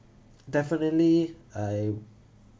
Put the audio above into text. definitely I